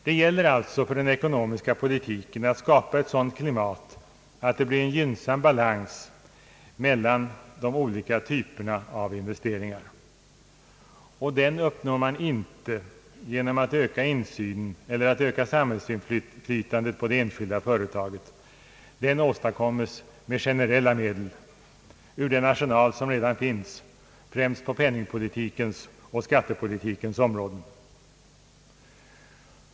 Det gäller alltså för den ekonomiska politiken att skapa ett sådant klimat att det blir en gynnsam balans mellan de två typerna av investeringar. Den uppnår man inte genom ökad insyn eller ökat samhällsinflytande på de enskilda företagen. Den åstadkommes med generella medel — ur den arsenal som redan finns — främst på penningpolitikens och skattepolitikens områden.